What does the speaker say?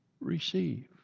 receive